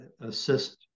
assist